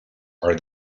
are